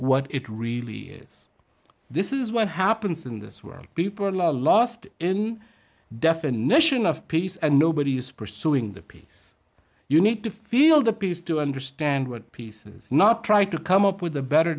what it really is this is what happens in this world people are lost in definition of peace and nobody is pursuing the peace you need to feel the peace to understand what pieces not try to come up with a better